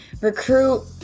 recruit